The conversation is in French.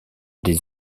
des